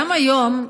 גם היום,